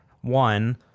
One